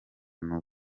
n’uwo